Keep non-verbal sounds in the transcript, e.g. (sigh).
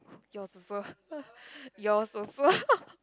yours also ah yours also (laughs)